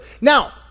Now